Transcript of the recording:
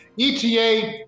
ETA